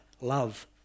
love